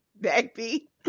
baby